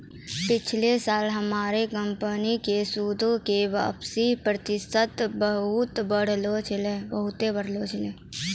पिछला साल हमरो कंपनी के सूदो के वापसी प्रतिशत बहुते बढ़िया रहलै